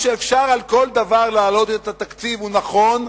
שאפשר על כל דבר להעלות את התקציב, הוא נכון,